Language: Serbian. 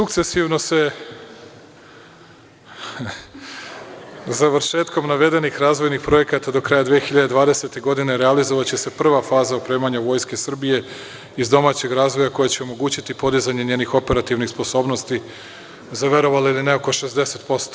Sukcesivno će se, završetkom navedenih razvojnih projekata do kraja 2020. godine, realizovati prva faza opremanja Vojske Srbije iz domaćeg razvoja, koja će omogućiti podizanje njenih operativnih sposobnosti za, verovali ili ne, oko 60%